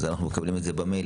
אז אנחנו מקבלים את זה במייל,